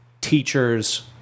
Teachers